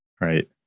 Right